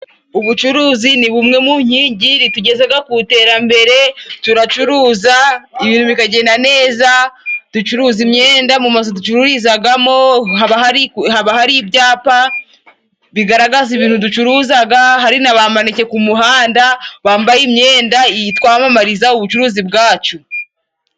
Ubucuruzi ni bumwe mu nkingi ritugezaga ku iterambere, turacuruza ibintu bikagenda neza, ducuruza imyenda. Mu mazu ducururizagamo haba hari ibyapa bigaragaza ibintu ducuruzaga, hari na bamanike ku muhanda bambaye imyenda itwamamariza ubucuruzi bwacu.